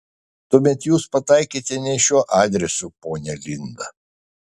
tuomet jūs pataikėte ne šiuo adresu ponia linda